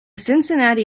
cincinnati